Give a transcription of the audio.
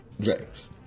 James